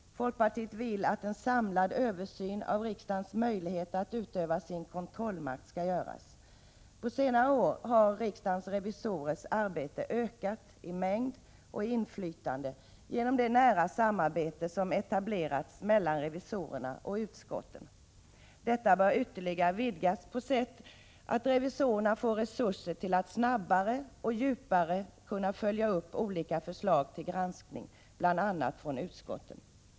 Folkpartiet vill att en samlad översyn av riksdagens möjligheter att utöva sin kontrollmakt skall göras. På senare år har riksdagens revisorers arbete ökat i mängd och inflytande genom det nära samarbete som etablerats mellan revisorerna och utskotten. Detta bör ytterligare vidgas på så sätt att revisorerna får resurser att snabbare och djupare kunna följa upp olika förslag till granskning, bl.a. från utskotten.